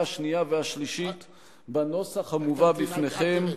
שנייה ובקריאה שלישית בנוסח המובא בפניכם,